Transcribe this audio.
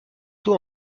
tôt